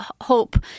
hope